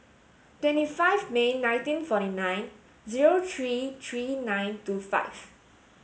twenty five May nineteen forty nine zero three three nine two five